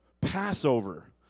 Passover